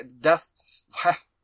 death